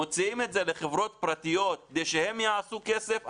מוציאים את זה לחברות פרטיות כדי שהן יעשו כסף?